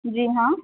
جی ہاں